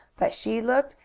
but she looked,